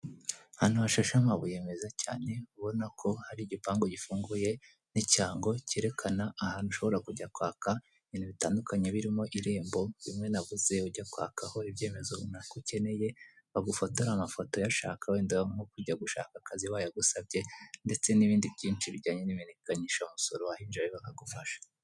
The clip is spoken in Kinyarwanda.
Ahantu hashashe amabuye meza cyane, urabona ko hari igipangu gifunguye n'ikirango cyerekana ahantu ushobora kujya kwaka ibintu bitandukanye birimo irembo, bimwe navuze ujya kwakaho ibyemezo runaka ukeneye bagufotora amafoto uyashaka wenda nko kujya gushaka akazi bayagusabye ndetse n'ibindi byinshi bijyanye n'imenyekanisha musoro wahinjira rero bakagufasha .